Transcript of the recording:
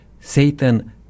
Satan